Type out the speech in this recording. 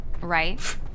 right